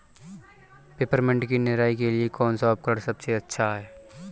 Peppermint की निराई के लिए कौन सा उपकरण सबसे अच्छा है?